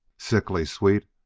sickly sweet,